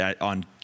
on